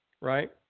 right